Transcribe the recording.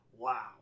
Wow